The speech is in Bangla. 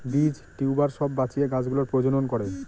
বীজ, টিউবার সব বাঁচিয়ে গাছ গুলোর প্রজনন করে